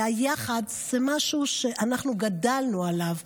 והיחד זה משהו שאנחנו גדלנו עליו.